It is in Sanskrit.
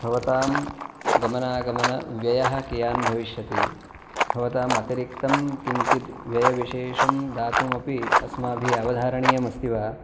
भवतां गमनागमनव्ययः कियान् भविष्यति भवतां अतिरिक्तं किञ्चित् व्ययविशेषं दातुमपि अस्माभिः अवधारणीयम् अस्ति वा